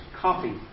copy